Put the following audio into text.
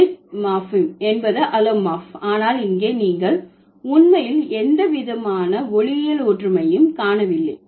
it morpheme என்பது allomorph ஆனால் இங்கே நீங்கள் உண்மையில் எந்தவிதமான ஒலியியல் ஒற்றுமையையும் காணவில்லை